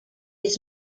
his